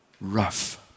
rough